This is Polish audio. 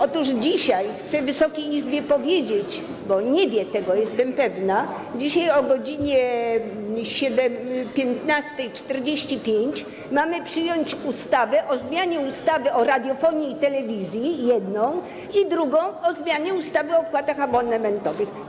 Otóż dzisiaj chcę Wysokiej Izbie powiedzieć, bo tego nie wie, jestem pewna, że dzisiaj o godz. 15.45 mamy przyjąć ustawę o zmianie ustawy o radiofonii i telewizji - jedną, a drugą - o zmianie ustawy o opłatach abonamentowych.